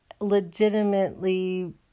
legitimately